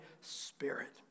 Spirit